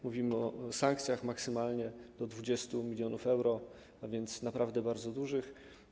Mówimy o sankcjach maksymalnie do 20 mln euro, a więc naprawdę bardzo dużych.